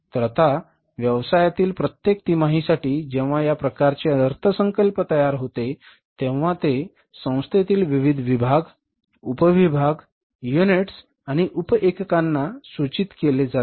तर आता व्यवसायातील प्रत्येक तिमाहीसाठी जेव्हा या प्रकारचे अर्थसंकल्प तयार होते तेव्हा ते संस्थेतील विविध विभाग उपविभाग युनिट्स आणि उपएककांना सूचित केले जाते